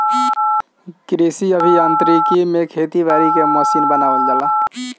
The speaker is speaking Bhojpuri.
कृषि अभियांत्रिकी में खेती बारी के मशीन बनावल जाला